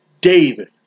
David